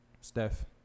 Steph